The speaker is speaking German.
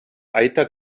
eiter